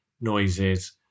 noises